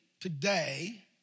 today